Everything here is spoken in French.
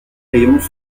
rayons